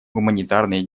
гуманитарной